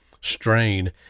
strain